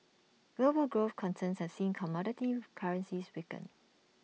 global growth concerns have seen commodity currencies weaken